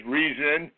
reason